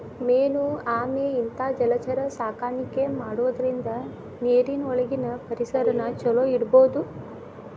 main ಆಮೆ ಇಂತಾ ಜಲಚರ ಸಾಕಾಣಿಕೆ ಮಾಡೋದ್ರಿಂದ ನೇರಿನ ಒಳಗಿನ ಪರಿಸರನ ಚೊಲೋ ಇಡಬೋದು